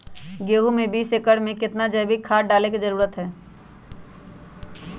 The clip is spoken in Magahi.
गेंहू में बीस एकर में कितना जैविक खाद डाले के जरूरत है?